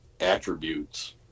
attributes